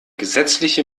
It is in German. gesetzliche